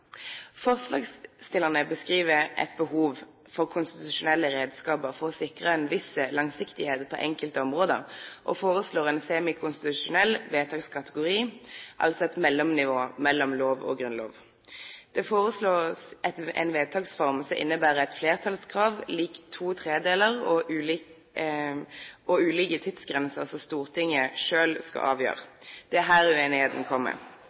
Forslagsstillerne beskriver et behov for konstitusjonelle redskaper for å sikre en viss langsiktighet på enkelte områder og foreslår en semikonstitusjonell vedtakskategori, altså et mellomnivå mellom lov og grunnlov. Det foreslås en vedtaksform som innebærer et flertallskrav lik to tredjedeler og ulike tidsgrenser som Stortinget selv skal avgjøre. Det er her uenigheten kommer.